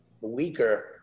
weaker